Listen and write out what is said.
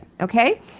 Okay